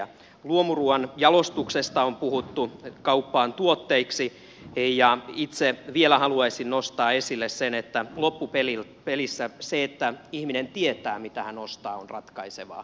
on puhuttu luomuruuan jalostuksesta kauppaan tuotteiksi ja itse haluaisin vielä nostaa esille sen että loppupelissä se että ihminen tietää mitä ostaa on ratkaisevaa